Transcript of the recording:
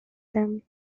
them